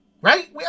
right